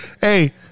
Hey